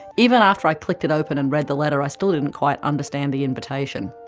even after i clicked it open and read the letter, i still didn't quite understand the invitation.